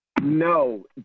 No